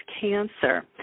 cancer